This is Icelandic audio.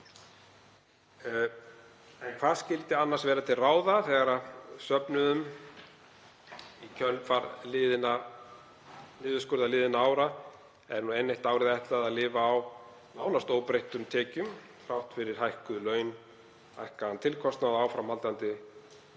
Hvað skyldi annars vera til ráða þegar söfnuðum, í kjölfar niðurskurðar liðinna ára, er enn eitt árið ætlað að lifa á nánast óbreyttum tekjum þrátt fyrir hækkuð laun, hækkaðan tilkostnað og áframhaldandi óbreyttar